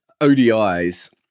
ODIs